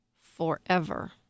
forever